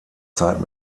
zeit